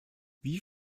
wie